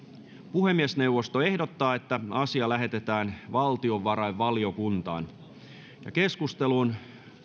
puhemiesneuvosto ehdottaa että asia lähetetään valtiovarainvaliokuntaan